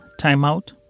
timeout